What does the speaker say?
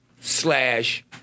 slash